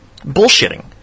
bullshitting